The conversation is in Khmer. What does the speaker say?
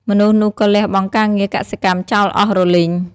មនុស្សនោះក៏លះបង់ការងារកសិកម្មចោលអស់រលីង ។